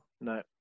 No